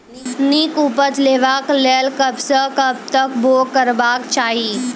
नीक उपज लेवाक लेल कबसअ कब तक बौग करबाक चाही?